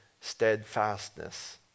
steadfastness